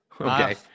Okay